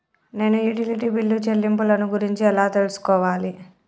నేను utility bill చెల్లింపులను గురించి ఎలా తెలుసుకోవాలి?